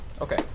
Okay